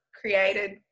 created